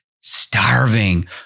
starving